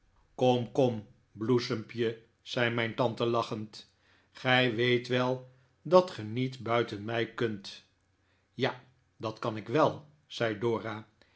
kom kom jsloesempj e zei mijn tante lachend gij weet wel dat ge niet buiten mij kunt ja dat kan ik wel zei dora